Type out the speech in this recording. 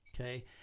Okay